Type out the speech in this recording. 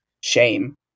shame